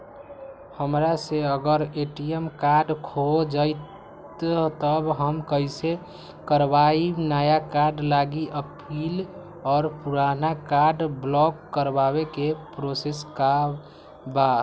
हमरा से अगर ए.टी.एम कार्ड खो जतई तब हम कईसे करवाई नया कार्ड लागी अपील और पुराना कार्ड ब्लॉक करावे के प्रोसेस का बा?